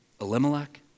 Elimelech